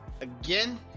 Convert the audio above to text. Again